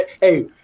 hey